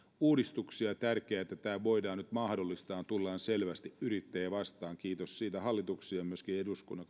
uudistuksia ja on tärkeää että tämä voidaan nyt mahdollistaa ja tullaan selvästi yrittäjiä vastaan kiitos siitä hallituksen ja myöskin eduskunnan